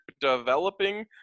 developing